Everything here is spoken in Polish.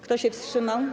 Kto się wstrzymał?